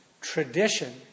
tradition